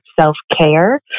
self-care